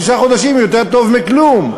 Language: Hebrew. שישה חודשים יותר טוב מכלום,